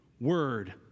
word